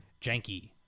janky